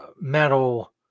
metal